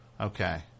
Okay